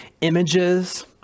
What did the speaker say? images